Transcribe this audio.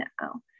now